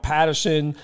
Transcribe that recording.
Patterson